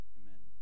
amen